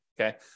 okay